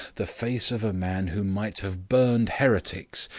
the face of a man who might have burned heretics,